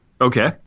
Okay